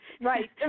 right